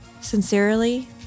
Sincerely